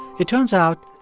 it turns out,